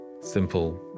simple